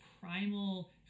primal